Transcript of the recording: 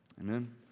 Amen